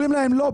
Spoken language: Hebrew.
אומרים להם: "לא,